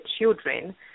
children